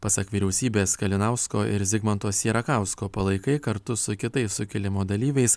pasak vyriausybės kalinausko ir zigmanto sierakausko palaikai kartu su kitais sukilimo dalyviais